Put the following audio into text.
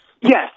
Yes